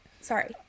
Sorry